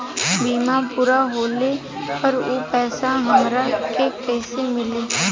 बीमा पूरा होले पर उ पैसा हमरा के कईसे मिली?